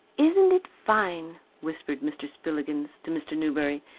isn't it fine, whispered mr. spillikins to mr. newberry,